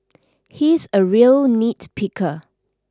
he's a real nitpicker